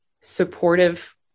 supportive